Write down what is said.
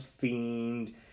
Fiend